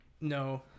No